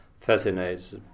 fascinates